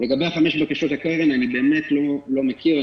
לגבי חמש בקשות לקרן, אני באמת לא מכיר.